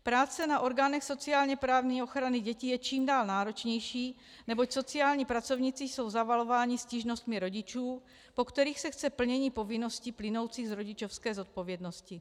Práce na orgánech sociálněprávní ochrany dětí je čím dál náročnější, neboť sociální pracovníci jsou zavalováni stížnostmi rodičů, po kterých se chce plnění povinností plynoucích z rodičovské zodpovědnosti.